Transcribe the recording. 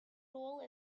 rule